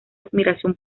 admiración